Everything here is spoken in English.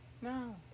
No